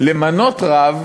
למנות רב.